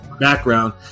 Background